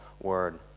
Word